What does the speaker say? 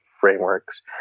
frameworks